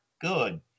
good